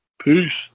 Peace